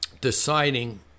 deciding